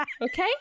Okay